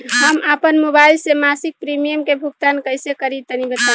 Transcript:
हम आपन मोबाइल से मासिक प्रीमियम के भुगतान कइसे करि तनि बताई?